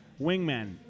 Wingmen